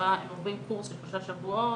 הם עוברים קורס של שלושה שבועות,